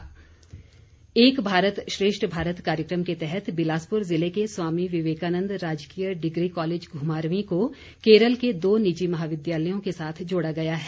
एक भारत श्रेष्ठ भारत एक भारत श्रेष्ठ भारत कार्यक्रम के तहत बिलासपुर जिले के स्वामी विवेकानंद राजकीय डिग्री कालेज घुमारवीं को केरल के दो निजी महाविद्यालयों के साथ जोड़ा गया है